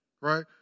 Right